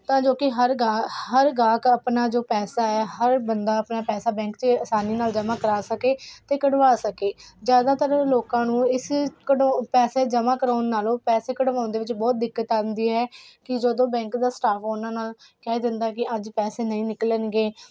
ਤਾਂ ਜੋ ਕਿ ਹਰ ਗਾ ਹਰ ਗਾਹਕ ਆਪਣਾ ਜੋ ਪੈਸਾ ਹੈ ਹਰ ਬੰਦਾ ਆਪਣਾ ਪੈਸਾ ਬੈਂਕ 'ਚ ਆਸਾਨੀ ਨਾਲ ਜਮ੍ਹਾਂ ਕਰਵਾ ਸਕੇ ਅਤੇ ਕਢਵਾ ਸਕੇ ਜ਼ਿਆਦਾਤਰ ਲੋਕਾਂ ਨੂੰ ਇਸ ਕਢੋ ਪੈਸੇ ਜਮ੍ਹਾਂ ਕਰਵਾਉਣ ਨਾਲੋਂ ਪੈਸੇ ਕਢਵਾਉਣ ਦੇ ਵਿੱਚ ਬਹੁਤ ਦਿੱਕਤ ਆਉਂਦੀ ਹੈ ਕਿ ਜਦੋਂ ਬੈਂਕ ਦਾ ਸਟਾਫ ਉਹਨਾਂ ਨਾਲ ਕਹਿ ਦਿੰਦਾ ਕਿ ਅੱਜ ਪੈਸੇ ਨਹੀਂ ਨਿਕਲਣਗੇ